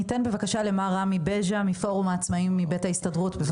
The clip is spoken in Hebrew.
ניתן למר רמי בז׳ה מפורום העצמאים מבית ההסתדרות לדבר.